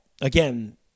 again